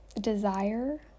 desire